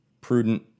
prudent